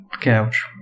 couch